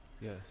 yes